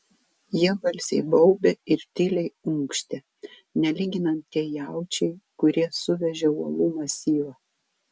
jie balsiai baubė ir tyliai unkštė nelyginant tie jaučiai kurie suvežė uolų masyvą